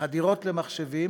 חדירות למחשבים,